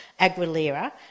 Aguilera